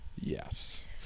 Yes